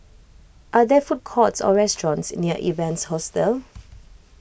are there food courts or restaurants near Evans Hostel